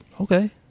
okay